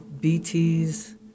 BT's